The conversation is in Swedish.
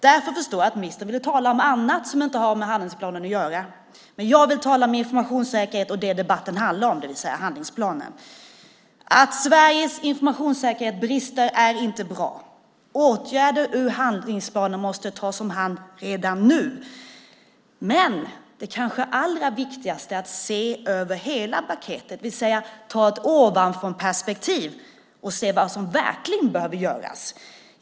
Jag förstår att ministern därför vill tala om annat, sådant som inte har med handlingsplanen att göra, men jag vill tala om informationssäkerhet och det debatten handlar om, det vill säga handlingsplanen. Att det brister i informationssäkerhet är inte bra. Åtgärder ur handlingsplanen måste tas om hand redan nu. Men det kanske allra viktigaste är att se över hela paketet, det vill säga ha ett ovanifrånperspektiv och se vad som verkligen behöver göras.